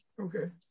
Okay